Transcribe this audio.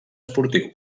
esportiu